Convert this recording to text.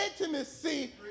intimacy